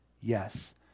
Yes